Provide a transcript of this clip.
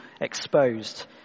exposed